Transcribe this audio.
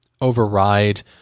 override